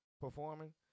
performing